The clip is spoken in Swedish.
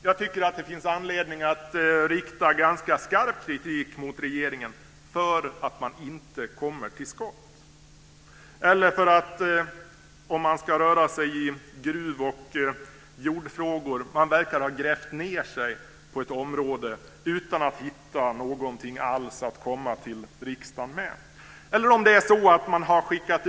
Jag tycker att det finns anledning att rikta ganska skarp kritik mot regeringen för att den inte kommer till skott, eller också skulle man kunna säga - om man rör sig i gruv och jordfrågor - att den verkar ha grävt ned sig på ett område utan att hitta något att komma till riksdagen med.